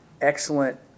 excellent